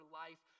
life